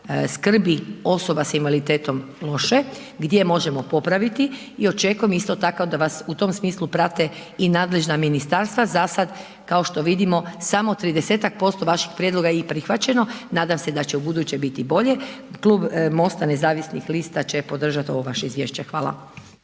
skrbi osoba s invaliditetom loše, gdje možemo popraviti i očekujem isto tako da vas u tom smislu prate i nadležna ministarstva, zasad kao što vidimo, samo 30-ak posto vaših prijedloga je i prihvaćeno, nadam se da će ubuduće biti bolje, klub MOST-a nezavisnih lista će podržati ovo vaše izvješće, hvala.